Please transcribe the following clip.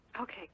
Okay